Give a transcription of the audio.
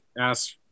ask